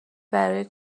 برای